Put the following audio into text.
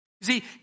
See